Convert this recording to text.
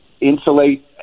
insulate